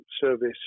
service